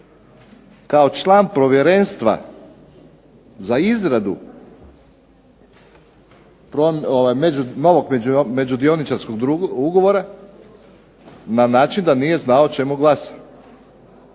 kao član Povjerenstva za izradu novog među dioničarskog ugovora na način da nije znao o čemu glasa.